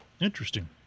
Interesting